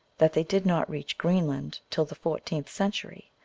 that they did not reach greenland till the fourteenth century,